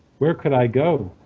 where could i go?